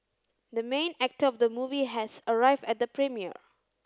the main actor of the movie has arrived at the premiere